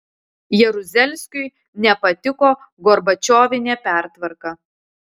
jaruzelskiui nepatiko gorbačiovinė pertvarka